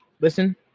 Listen